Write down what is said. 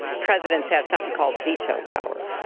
presidents have something called veto power.